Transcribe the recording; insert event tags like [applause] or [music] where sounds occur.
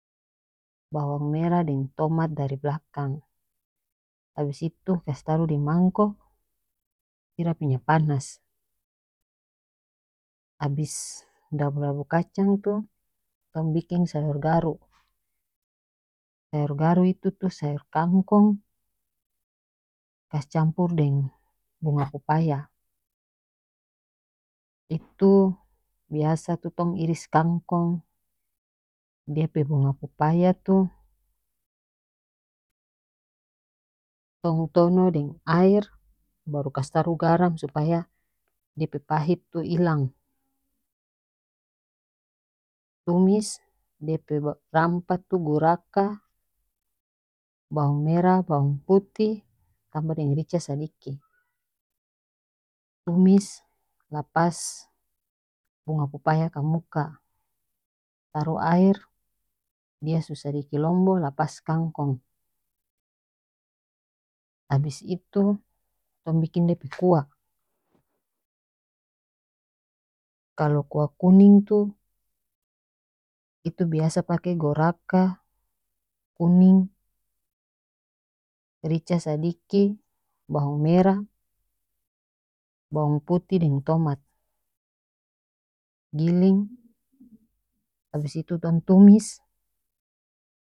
Bawang merah deng tomat dari blakang abis itu kase taruh di mangko siram minya panas abis [noise] dabu dabu kacang itu tong biking sayor garu sayor garu itu tu sayor kangkong kas campur deng bunga popaya itu [noise] biasa tu tong iris kangkong dia pe bunga popaya tu tong tonoh deng aer baru kas taru garam supaya dia pe pahit tu ilang tumis dia pe [hesitation] rampah tu goraka bawang merah bawang putih tambah deng rica sadiki [noise] tumis lapas bunga popaya kamuka taruh aer dia so sadiki lombo lapas kangkong abis itu tong biking dia pe kuah [noise] kalo kuah kuning tu itu biasa pake goraka kuning rica sadiki bawang merah bawang putih deng tomat giling [noise] abis itu tong tumis.